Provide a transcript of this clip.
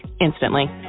instantly